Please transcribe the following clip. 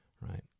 right